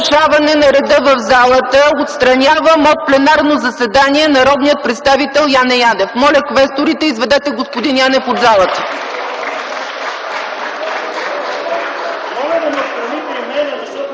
нарушаване на реда в залата отстранявам от пленарното заседание народния представител Яне Янев! Моля квесторите, изведете господин Янев от залата!